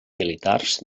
militars